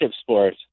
sport